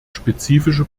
spezifische